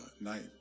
night